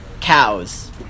Cows